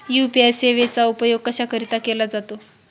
UPI सेवेचा उपयोग कशाकरीता केला जातो?